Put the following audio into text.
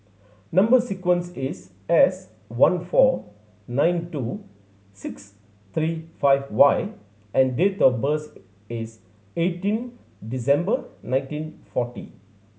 number sequence is S one four nine two six three five Y and date of birth is eighteen December nineteen forty